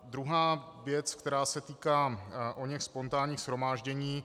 Druhá věc, která se týká oněch spontánních shromáždění.